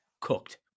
cooked